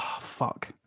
fuck